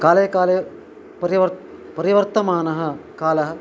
काले काले परिवर् परिवर्तमानः कालः